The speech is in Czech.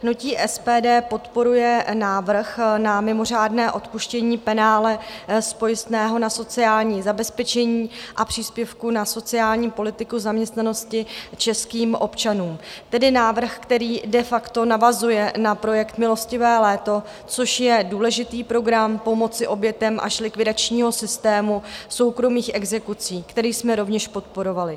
Hnutí SPD podporuje návrh na mimořádné odpuštění penále z pojistného na sociální zabezpečení a příspěvku na sociální politiku zaměstnanosti českým občanům, tedy návrh, který de facto navazuje na projekt milostivé léto, což je důležitý program pomoci obětem až likvidačního systému soukromých exekucí, který jsme rovněž podporovali.